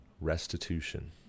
restitution